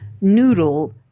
noodle